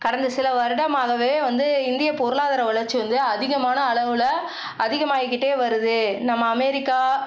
கடந்த சில வருடமாகவே வந்து இந்திய பொருளாதார வளர்ச்சி வந்து அதிகமான அளவில் அதிகமாயிகிட்டே வருது நம்ம அமெரிக்கா